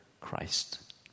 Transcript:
Christ